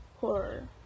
horror